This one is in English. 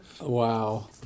Wow